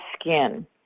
skin